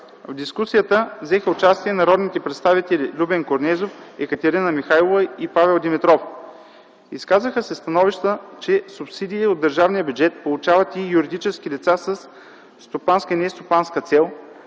В дискусията взеха участие народните представители Любен Корнезов, Екатерина Михайлова и Павел Димитров. Изказаха се становища, че субсидии от държавния бюджет получават и юридически лица със стопанска и нестопанска цел,